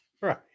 Right